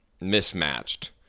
mismatched